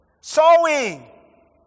Sowing